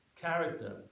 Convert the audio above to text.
character